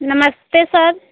नमस्ते सर